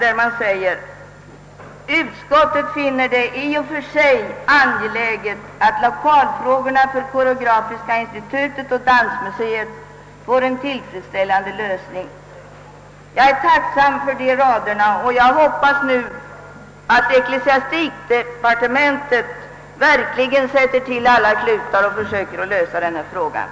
Utskottet säger: »Utskottet finner det i och för sig angeläget att lokalfrågorna för Koreografiska institutet och Dansmuseet får en tillfredsställande lösning.» Jag är tacksam för de raderna, och jag hoppas att ecklesiastikdepartementet verkligen sätter till alla klutar när det gäller att lösa detta problem.